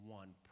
one